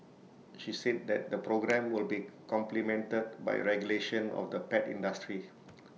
she said that the programme will be complemented by regulation of the pet industry